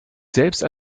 selbst